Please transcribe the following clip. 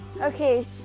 Okay